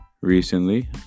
recently